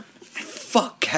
Fuck